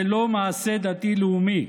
זה לא מעשה דתי-לאומי,